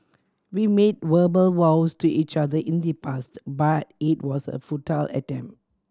we made verbal vows to each other in the past but it was a futile attempt